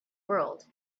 world